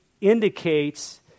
indicates